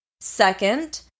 Second